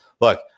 look